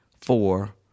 four